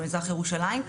במזרח ירושלים.